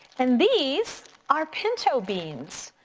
and these are pinto beans.